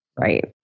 Right